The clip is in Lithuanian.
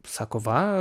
sako va